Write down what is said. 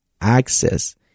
access